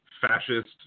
fascist